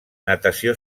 natació